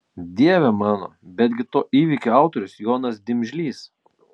dieve mano betgi to įvykio autorius jonas dimžlys